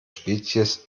spezies